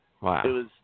Wow